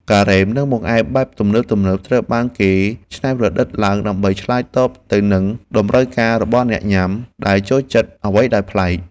ការ៉េម និងបង្អែមបែបទំនើបៗត្រូវបានគេច្នៃប្រឌិតឡើងដើម្បីឆ្លើយតបទៅនឹងតម្រូវការរបស់អ្នកញ៉ាំដែលចូលចិត្តអ្វីដែលប្លែក។